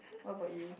what about you